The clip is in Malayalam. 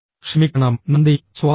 ക്ഷമിക്കണം നന്ദി സ്വാഗതം